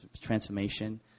transformation